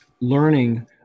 learning